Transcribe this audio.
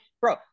bro